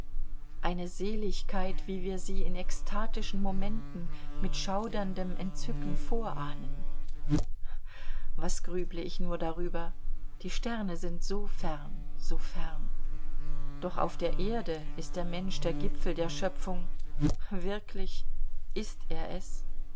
eine seligkeit wie wir sie in ekstatischen momenten mit schauderndem entzücken vorahnen was grüble ich nur darüber die sterne sind so fern so fern doch auf der erde ist der mensch der gipfel der schöpfung wirklich ist er es